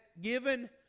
Given